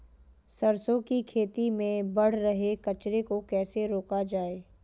सरसों की खेती में बढ़ रहे कचरे को कैसे रोका जाए?